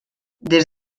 des